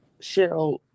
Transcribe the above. Cheryl